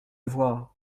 voir